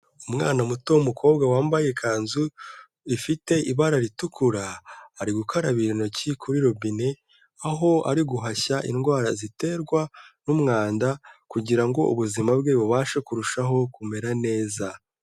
Umwana muto w'umukobwa wambaye ikanzu ifite ibara ritukura, ari gukarabira intoki kuri robine, aho ari guhashya indwara ziterwa n'umwanda, kugira ngo ubuzima bwe bubashe kurushaho kumera neza.